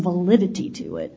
validity to it